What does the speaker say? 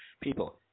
people